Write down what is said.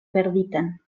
perditan